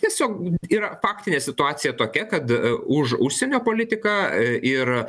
tiesiog yra faktinė situacija tokia kad už užsienio politiką ir